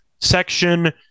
section